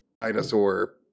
dinosaur